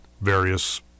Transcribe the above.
various